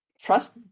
trust